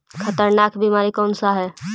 खतरनाक बीमारी कौन सा है?